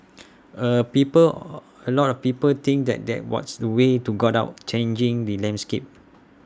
A people A lot of people think that that what's the way to got out changing the landscape